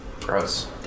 gross